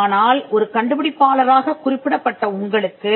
ஆனால் ஒரு கண்டுபிடிப்பாளராக குறிப்பிடப்பட உங்களுக்கு